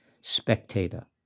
spectator